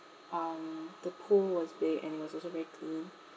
um the pool was big and it was also very clean